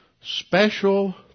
special